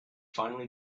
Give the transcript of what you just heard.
finally